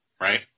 right